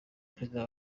perezida